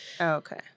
okay